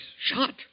Shot